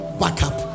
backup